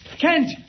Kent